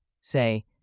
say